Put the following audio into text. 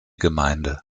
gemeinde